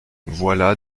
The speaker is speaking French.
voilà